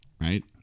Right